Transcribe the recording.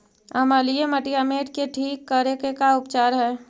अमलिय मटियामेट के ठिक करे के का उपचार है?